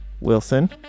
wilson